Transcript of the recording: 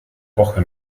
woche